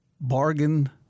Bargain